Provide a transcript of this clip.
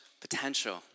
potential